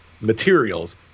materials